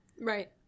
Right